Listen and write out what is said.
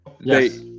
yes